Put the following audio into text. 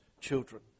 children